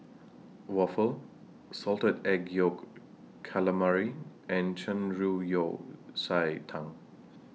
Waffle Salted Egg Yolk Calamari and Shan Rui Yao Cai Tang